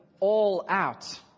all-out